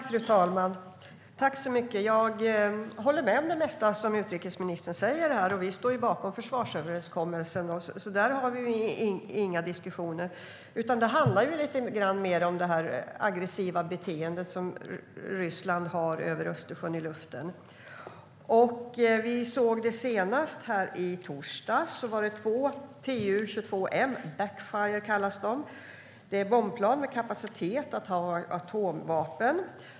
Fru talman! Jag håller med om det mesta som utrikesministern säger här. Och vi står ju bakom försvarsöverenskommelsen, så där är det inga diskussioner. Det handlar mer om Rysslands aggressiva beteende i luften över Östersjön. Vi såg det senast i torsdags. Då var det två Tu-22M, Backfire kallas de. Det är bombplan med kapacitet för atomvapen.